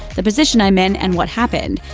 the position i'm in and what happened.